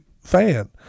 fan